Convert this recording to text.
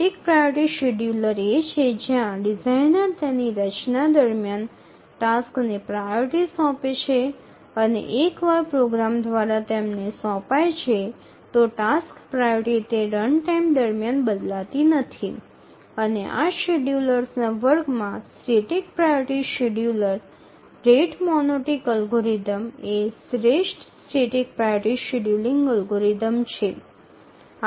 static priority scheduler એ છે જ્યાં ડિઝાઇનર તેની રચના દરમિયાન ટાસ્કને પ્રાયોરિટી સોંપે છે અને એકવાર પ્રોગ્રામર દ્વારા તેમને સોંપાય છે તો ટાસ્ક પ્રાયોરિટી તે રનટાઈમ દરમિયાન બદલાતી નથી અને આ શેડ્યૂલર્સના વર્ગમાં static priority scheduler rate monotonic algorithm એ શ્રેષ્ઠ સ્ટેટિક પ્રાયોરિટી શેડ્યૂલિંગ અલ્ગોરિધમ છે